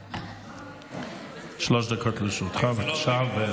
שלוש דקות לרשותך, בבקשה.